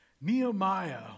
Nehemiah